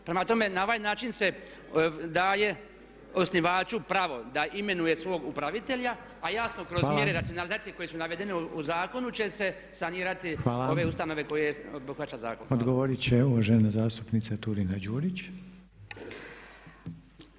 Prema tome, na ovaj način se daje osnivaču pravo da imenuje svog upravitelja pa jasno kroz mjere racionalizacije koje su navedene u zakonu će se sanirati ove ustanove koje obuhvaća zakon.